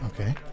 okay